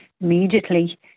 immediately